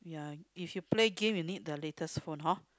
yeah if you play game you need the latest phone hor